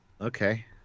Okay